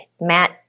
Matt